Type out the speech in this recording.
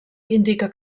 indica